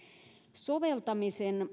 soveltamisen